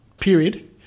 period